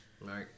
Right